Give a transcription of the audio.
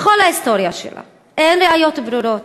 בכל ההיסטוריה שלה אין ראיות ברורות,